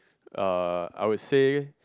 uh I would say